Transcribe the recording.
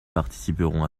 participeront